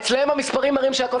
אצלם המספרים מראים שהכול טוב.